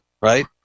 Right